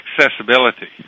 accessibility